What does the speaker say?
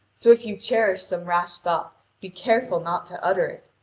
so if you cherish some rash thought be careful not to utter it.